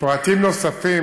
פרטים נוספים